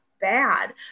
bad